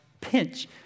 pinch